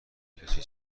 کسی